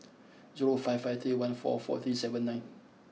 zero five five three one four four three seven nine